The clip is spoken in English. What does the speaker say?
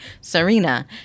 serena